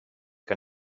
que